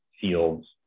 fields